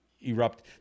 erupt